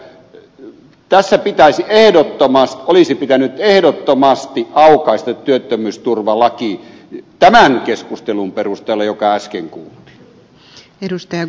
elikkä tässä olisi pitänyt ehdottomasti aukaista työttömyysturvalaki tämän keskustelun perusteella joka äsken kuultiin